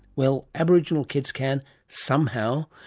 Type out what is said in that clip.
well, aboriginal kids can somehow.